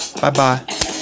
Bye-bye